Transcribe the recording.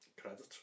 credit